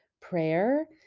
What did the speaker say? prayer